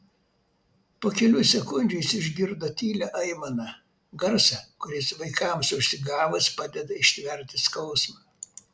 po kelių sekundžių jis išgirdo tylią aimaną garsą kuris vaikams užsigavus padeda ištverti skausmą